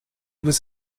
was